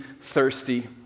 thirsty